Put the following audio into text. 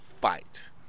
fight